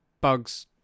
Bugs